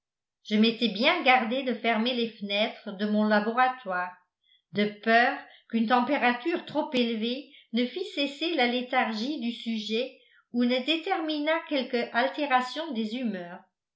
je m'étais bien gardé de fermer les fenêtres de mon laboratoire de peur qu'une température trop élevée ne fît cesser la léthargie du sujet ou ne déterminât quelque altération des humeurs